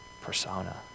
persona